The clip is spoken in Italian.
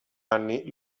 anni